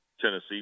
Tennessee